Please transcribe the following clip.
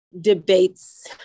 debates